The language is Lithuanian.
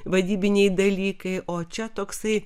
vadybiniai dalykai o čia toksai